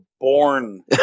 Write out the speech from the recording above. born